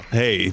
hey